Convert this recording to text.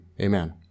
amen